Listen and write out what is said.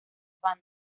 bandas